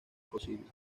posible